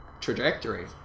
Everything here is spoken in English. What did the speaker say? trajectory